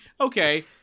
Okay